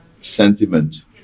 sentiment